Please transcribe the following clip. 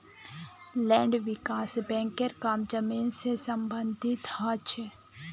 land विकास बैंकेर काम जमीन से सम्बंधित ह छे